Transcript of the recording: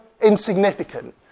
insignificant